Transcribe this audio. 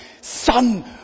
son